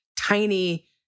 tiny